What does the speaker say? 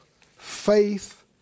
faith